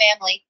family